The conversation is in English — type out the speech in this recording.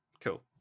cool